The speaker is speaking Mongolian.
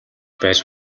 байж